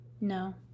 No